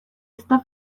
esta